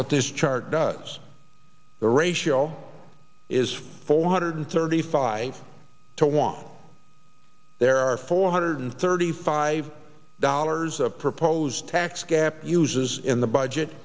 what this chart does the ratio is four hundred thirty five to one there are four hundred thirty five dollars of proposed tax cap uses in the budget